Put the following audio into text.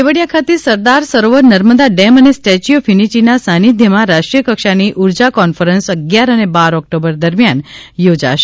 કેવડીયા ખાતે સરદાર સરોવર નર્મદા ડેમ અને statue of યુનિટિના સાનિધ્યમાં રાષ્ટ્રીયકક્ષાની ઊર્જા કોન્ફરન્સ અગિયાર અને બાર ઓક્ટોબર દરમ્યાન યોજાશે